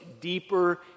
deeper